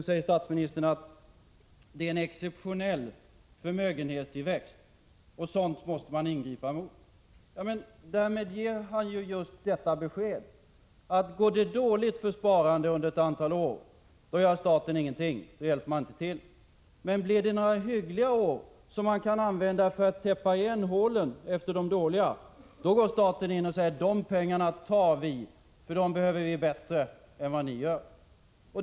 Statsministern säger att det här har varit en exceptionell förmögenhetstillväxt, och sådant måste man ingripa mot. Därmed ger han ju just detta besked, att om det går dåligt för sparandet under ett antal år, då gör staten ingenting, då hjälper man inte till, men om det blir några hyggliga år och då man kan använda vinsten för att täppa igen hålen från de dåliga åren, då går staten in och säger: De pengarna tar vi, för dem behöver vi bättre än vad ni gör.